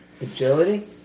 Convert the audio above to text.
agility